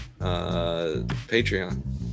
patreon